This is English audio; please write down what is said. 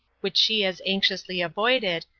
which she as anxiously avoided,